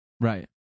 Right